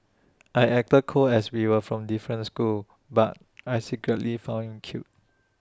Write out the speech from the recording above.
I acted cold as we were from different schools but I secretly found him cute